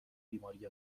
بیماری